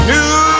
New